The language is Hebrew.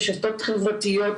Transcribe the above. רשתות חברתיות,